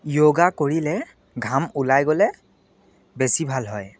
যোগা কৰিলে ঘাম ওলাই গ'লে বেছি ভাল হয়